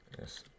Yes